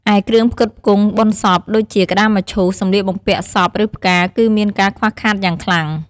ឯគ្រឿងផ្គត់ផ្គង់បុណ្យសព ដូចជាក្ដារមឈូស សម្លៀកបំពាក់សព ឬផ្កា គឺមានការខ្វះខាតយ៉ាងខ្លាំង។